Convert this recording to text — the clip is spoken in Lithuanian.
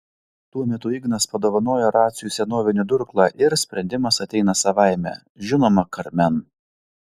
tuo metu ignas padovanoja raciui senovinį durklą ir sprendimas ateina savaime žinoma karmen